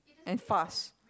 and fast